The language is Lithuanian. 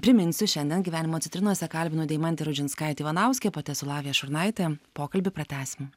priminsiu šiandien gyvenimo citrinose kalbinu deimantę rudžinskaitę ivanauskę pati esu lavija šurnaitė pokalbį pratęsim